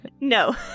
No